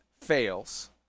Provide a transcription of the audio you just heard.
fails